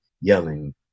yelling